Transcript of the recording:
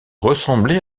ressemblez